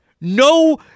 No